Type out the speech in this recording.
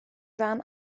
ran